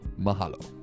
mahalo